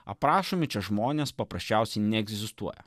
aprašomi čia žmonės paprasčiausiai neegzistuoja